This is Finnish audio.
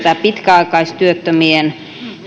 pitkäaikaistyöttömien